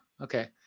okay